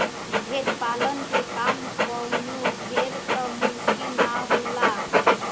भेड़ पालन के काम कवनो ढेर त मुश्किल ना होला